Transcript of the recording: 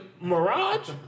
Mirage